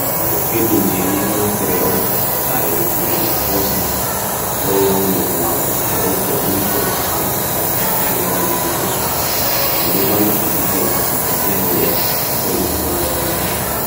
O kirdum nye nye to naftere on, sahen naftere o hosi, loo ya hundu komako, o wike o yiga, o ita salte, nye nwe bandia mo uspa. Lumnu valas o sahe itu go dotya nye, ko itu go nye o uji.